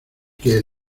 que